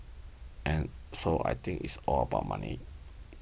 and so I think it's all about money